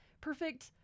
perfect